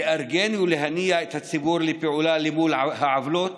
לארגן ולהניע את הציבור לפעולה למול העוולות